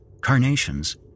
carnations